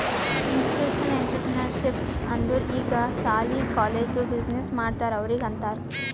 institutional entrepreneurship ಅಂದುರ್ ಈಗ ಸಾಲಿ, ಕಾಲೇಜ್ದು ಬಿಸಿನ್ನೆಸ್ ಮಾಡ್ತಾರ ಅವ್ರಿಗ ಅಂತಾರ್